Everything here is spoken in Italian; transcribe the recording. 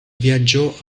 viaggiò